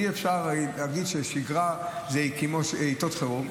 אי-אפשר להגיד ששגרה היא כמו עיתות חירום.